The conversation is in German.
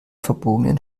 verbogenen